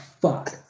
fuck